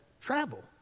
travel